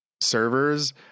servers